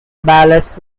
ballots